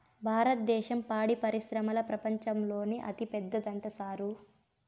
భారద్దేశం పాడి పరిశ్రమల ప్రపంచంలోనే అతిపెద్దదంట సారూ